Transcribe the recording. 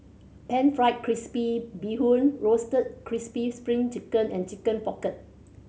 Pan Fried Crispy Bee Hoon Roasted Crispy Spring Chicken and Chicken Pocket